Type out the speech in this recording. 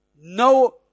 No